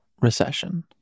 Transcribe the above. recession